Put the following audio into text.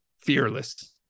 fearless